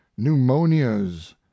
pneumonias